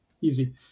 Easy